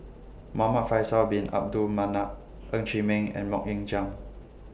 Muhamad Faisal Bin Abdul Manap Ng Chee Meng and Mok Ying Jang